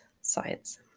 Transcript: science